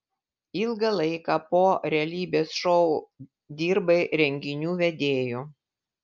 ilgą laiką po realybės šou dirbai renginių vedėju